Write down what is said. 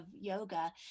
yoga